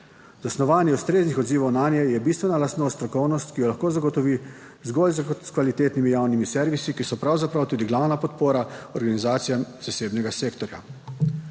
Za snovanje ustreznih odzivov nanje je bistvena lastnost strokovnost, ki jo lahko zagotovi zgolj s kvalitetnimi javnimi servisi, ki so pravzaprav tudi glavna podpora organizacijam zasebnega sektorja.